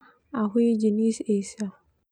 Au hi jenis esa.